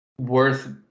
worth